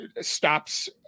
stops